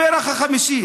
הפרח החמישי